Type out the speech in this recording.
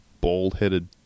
bald-headed